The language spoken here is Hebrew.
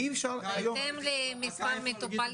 אי אפשר היום --- בהתאם למספר מטופלים.